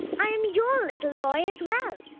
i am your little boy as well!